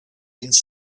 ins